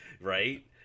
Right